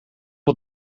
het